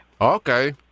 Okay